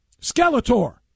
Skeletor